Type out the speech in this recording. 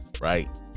right